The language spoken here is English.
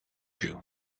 you